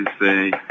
say